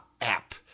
app